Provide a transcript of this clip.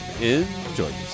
enjoy